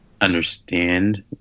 understand